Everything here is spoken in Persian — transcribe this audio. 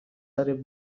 دارید